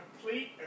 complete